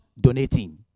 Donating